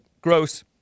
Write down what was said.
gross